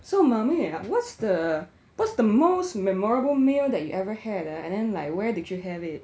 so mummy ah what's the what's the most memorable meal that you ever had ah and then like where did you have it